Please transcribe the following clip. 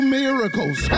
miracles